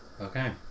Okay